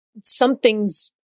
something's